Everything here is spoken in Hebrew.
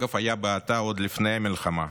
ואגב, היה בהאטה עוד לפני המלחמה,